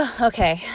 Okay